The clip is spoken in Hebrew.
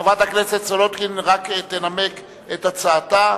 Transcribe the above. חברת הכנסת סולודקין רק תנמק את הצעתה.